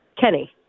Kenny